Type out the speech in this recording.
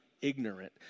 ignorant